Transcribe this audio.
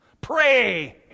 pray